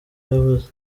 yavuze